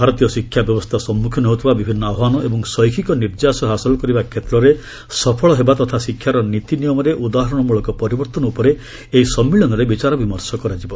ଭାରତୀୟ ଶିକ୍ଷା ବ୍ୟବସ୍ଥା ସମ୍ମୁଖୀନ ହେଉଥିବା ବିଭିନ୍ନ ଆହ୍ୱାନ ଏବଂ ଶୈକ୍ଷିକ ନିର୍ଯାସ ହାସଲ କରିବା କ୍ଷେତ୍ରରେ ସଫଳ ହେବା ତଥା ଶିକ୍ଷାର ନୀତିନିୟମରେ ଉଦାହରଣମଳକ ପରିବର୍ତ୍ତନ ଉପରେ ଏହି ସମ୍ମିଳନୀରେ ବିଚାର ବିମର୍ଷ ହେବ